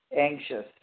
Anxious